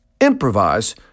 improvise